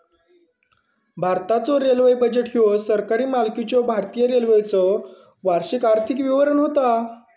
भारताचो railway budget ह्यो सरकारी मालकीच्यो भारतीय रेल्वेचो वार्षिक आर्थिक विवरण होता